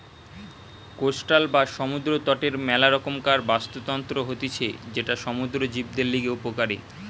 coastal বা সমুদ্র তটের মেলা রকমকার বাস্তুতন্ত্র হতিছে যেটা সমুদ্র জীবদের লিগে উপকারী